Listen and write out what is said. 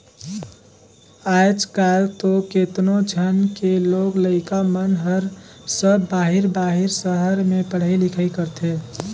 आयज कायल तो केतनो झन के लोग लइका मन हर सब बाहिर बाहिर सहर में पढ़ई लिखई करथे